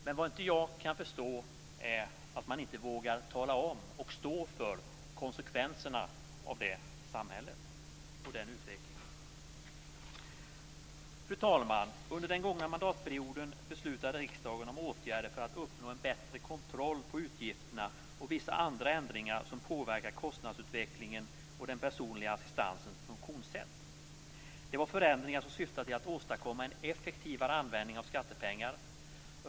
Men det jag inte kan förstå är att man inte vågar tala om och stå för konsekvenserna av det samhället och den utvecklingen. Fru talman! Under den gångna mandatperioden beslutade riksdagen om åtgärder för att uppnå en bättre kontroll på utgifterna och vissa andra ändringar som påverkade kostnadsutvecklingen och den personliga assistansens funktionssätt. Det var förändringar som syftade till att åstadkomma en effektivare användning av skattepengar.